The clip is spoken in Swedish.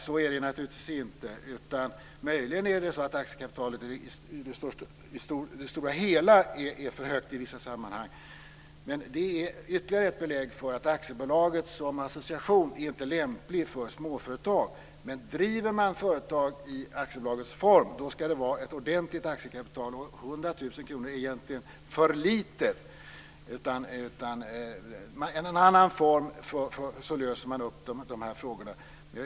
Så är det naturligtvis inte. Det är möjligen så att aktiekapitalet i det stora hela är för högt i vissa sammanhang. Men det är ytterligare ett belägg för att aktiebolaget som association inte är lämplig för småföretag. Om man driver företag i aktiebolagsform ska det vara ett ordentligt aktiekapital. 100 000 kr är egentligen för lite. Med en annan form löser man dessa frågor.